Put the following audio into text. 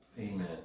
Amen